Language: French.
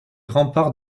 remparts